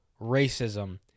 racism